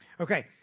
Okay